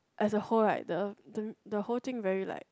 as a whole right the the the whole thing very like